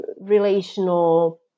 relational